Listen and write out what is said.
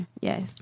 Yes